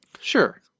Sure